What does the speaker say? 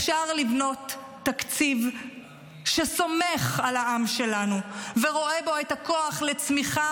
אפשר לבנות תקציב שסומך על העם שלנו ורואה בו את הכוח לצמיחה